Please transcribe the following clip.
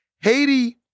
Haiti